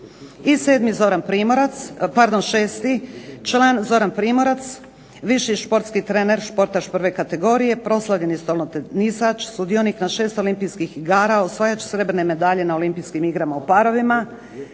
I sedmi Zoran Primorac, pardon šesti, član Zoran Primorac, viši športski trener, športaš prve kategorije, proslavljeni stolnotenisač, sudionik na šest olimpijskih igara, osvajač srebrne medalje na olimpijskim igrama u parovima,